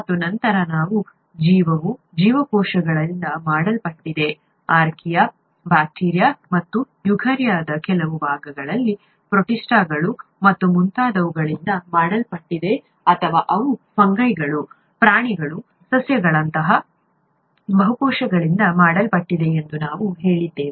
ಮತ್ತು ನಂತರ ನಾವು ಜೀವವು ಜೀವಕೋಶಗಳಿಂದ ಮಾಡಲ್ಪಟ್ಟಿದೆ ಆರ್ಕಿಯಾ ಬ್ಯಾಕ್ಟೀರಿಯಾ ಮತ್ತು ಯುಕಾರ್ಯದ ಕೆಲವು ಭಾಗಗಳಲ್ಲಿ ಪ್ರೋಟಿಸ್ಟ್ಗಳು ಮತ್ತು ಮುಂತಾದವುಗಳಿಂದ ಮಾಡಲ್ಪಟ್ಟಿದೆ ಅಥವಾ ಅವು ಫಂಗೈ ಗಳು ಪ್ರಾಣಿಗಳು ಸಸ್ಯಗಳಂತಹ ಬಹು ಕೋಶಗಳಿಂದ ಮಾಡಲ್ಪಟ್ಟಿದೆ ಎಂದು ನಾವು ಹೇಳಿದ್ದೇವೆ